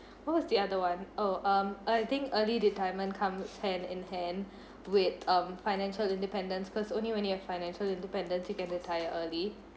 what was the other one oh um I think early retirement comes hand in hand with um financial independence cause only when you're financial independence you can retire early